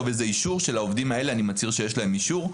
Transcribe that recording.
אישור שלעובדים האלה אני מצהיר שיש להם אישור,